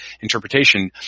interpretation